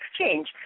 Exchange